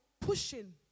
pushing